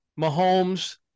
Mahomes